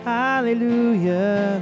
hallelujah